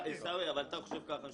אבל, עיסאווי, אתה חושב ככה.